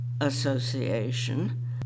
Association